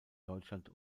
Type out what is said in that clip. deutschland